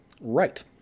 Right